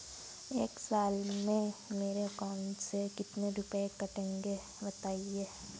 एक साल में मेरे अकाउंट से कितने रुपये कटेंगे बताएँ?